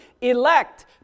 elect